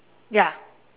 ya